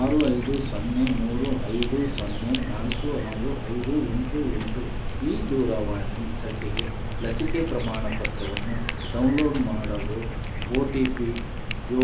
ಆರು ಐದು ಸೊನ್ನೆ ಮೂರು ಐದು ಸೊನ್ನೆ ನಾಲ್ಕು ಆರು ಐದು ಎಂಟು ಎಂಟು ಈ ದೂರವಾಣಿ ಸಂಖ್ಯೆಗೆ ಲಸಿಕೆ ಪ್ರಮಾಣಪತ್ರವನ್ನು ಡೌನ್ಲೋಡ್ ಮಾಡಲು ಒ ಟಿ ಪಿ